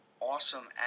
awesome